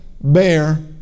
bear